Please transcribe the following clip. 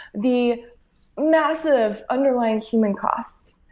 the massive underlying human costs.